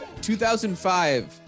2005